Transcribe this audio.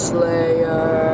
Slayer